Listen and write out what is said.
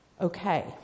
Okay